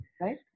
Right